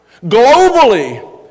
Globally